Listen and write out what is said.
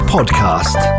Podcast